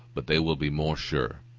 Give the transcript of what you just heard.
but they will be more sure.